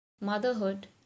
motherhood